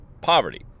poverty